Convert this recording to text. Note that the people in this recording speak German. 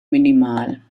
minimal